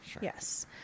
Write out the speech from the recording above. Yes